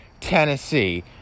Tennessee